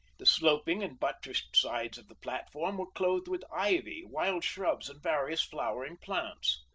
the sloping and buttressed sides of the platform were clothed with ivy, wild shrubs, and various flowering plants.